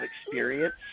experience